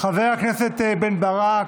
חבר הכנסת בן ברק,